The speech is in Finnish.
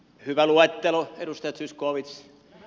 hyvä luettelo edustaja zyskowicz